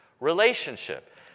relationship